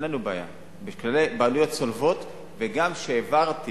אין לנו בעיה של בעלויות צולבות, וגם כשהעברנו